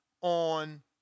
on